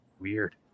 weird